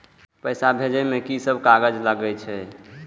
पैसा भेजे में की सब कागज लगे छै?